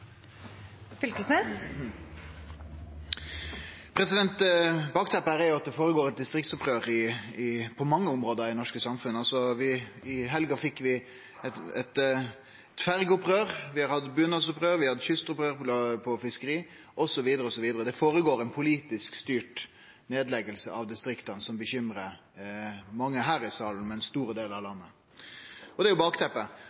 Bakteppet her er at det går føre seg eit distriktsopprør på mange område i det norske samfunnet. I helga fekk vi eit ferjeopprør, vi har hatt bunadsopprør, vi har hatt kystopprør innan fiskeri osv., osv. Det går føre seg ei politisk styrt nedlegging av distrikta som bekymrar mange her i salen og i store delar av